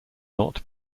not